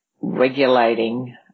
regulating